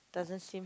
doesn't seem